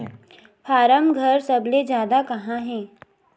form घर सबले जादा कहां हे